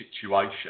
situation